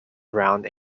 around